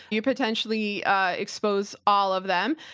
you potentially expose all of them.